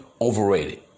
overrated